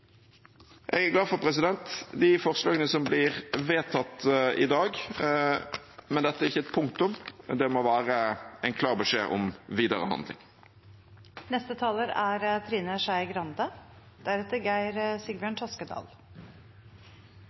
Jeg er glad for de forslagene som blir vedtatt i dag, men dette er ikke et punktum, det må være en klar beskjed om videre